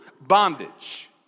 bondage